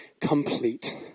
complete